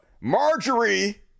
marjorie